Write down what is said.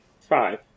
five